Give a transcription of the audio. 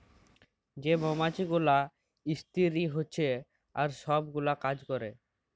যে মমাছি গুলা ইস্তিরি হছে আর ছব গুলা কাজ ক্যরে